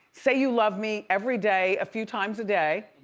say you love me every day, a few times a day.